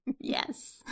yes